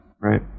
Right